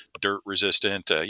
dirt-resistant